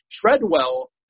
Treadwell